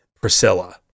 Priscilla